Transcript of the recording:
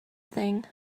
thing